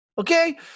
Okay